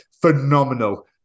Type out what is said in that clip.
phenomenal